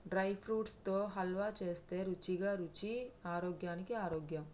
dry fruits తో హల్వా చేస్తే రుచికి రుచి ఆరోగ్యానికి ఆరోగ్యం